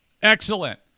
Excellent